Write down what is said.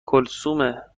کلثومه